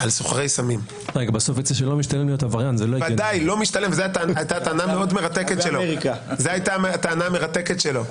על סוחרי סמים - לא משתלם להיות עבריין זו הייתה הטענה המרתקת שלו.